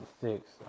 six